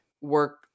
work